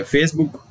Facebook